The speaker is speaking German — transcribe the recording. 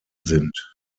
sind